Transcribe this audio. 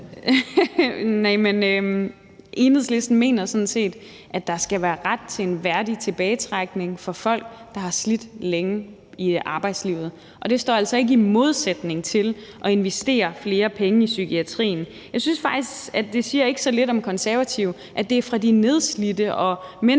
Enhedslisten mener sådan set, at der skal være ret til en værdig tilbagetrækning for folk, der har slidt længe i arbejdslivet. Og det står altså ikke i modsætning til at investere flere penge i psykiatrien. Jeg synes faktisk, at det siger ikke så lidt om Konservative, at det er fra de nedslidte og mennesker,